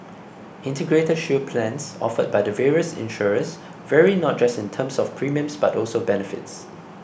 Integrated Shield plans offered by the various insurers vary not just in terms of premiums but also benefits